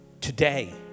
today